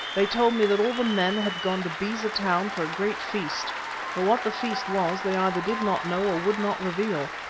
they told me that all the men had gone to beza town for a great feast but what the feast was they either did not know or would not reveal.